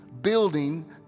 building